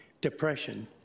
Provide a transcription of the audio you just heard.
depression